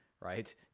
right